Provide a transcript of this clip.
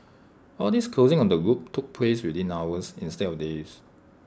all this closing of the loop took place within hours instead of days